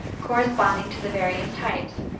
corresponding to the various types,